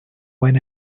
when